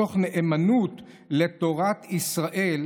מתוך נאמנות לתורת ישראל,